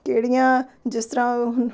ਕਿਹੜੀਆਂ ਜਿਸ ਤਰ੍ਹਾਂ ਹੁ